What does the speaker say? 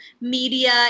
media